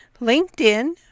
LinkedIn